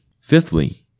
Fifthly